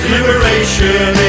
Liberation